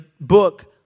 book